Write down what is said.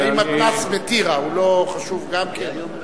האם מתנ"ס בטירה לא חשוב גם כן,